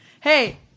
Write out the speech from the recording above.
hey